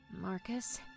Marcus